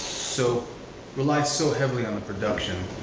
so relies so heavily on the production,